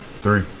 Three